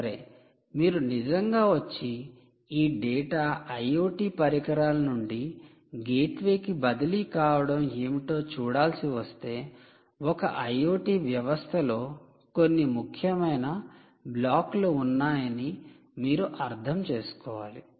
సరే మీరు నిజంగా వచ్చి ఈ డేటా IoT పరికరాల నుండి గేట్వే కి బదిలీ కావడం ఏమిటో చూడాల్సి వస్తే ఒక IoT వ్యవస్థలో కొన్ని ముఖ్యమైన బ్లాక్లు ఉన్నాయని మీరు అర్థం చేసుకోవాలి